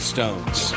Stones